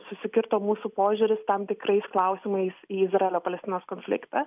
susikirto mūsų požiūris tam tikrais klausimais į izraelio palestinos konfliktą